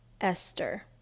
Esther